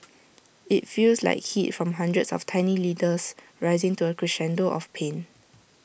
IT feels like heat from hundreds of tiny needles rising to A crescendo of pain